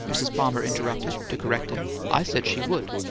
mrs. palmer interrupted, to correct him. i said she would.